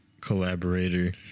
collaborator